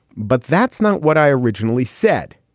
but that's not what i originally said.